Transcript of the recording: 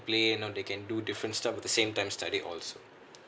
play and you know they can do different stuff with the same time study also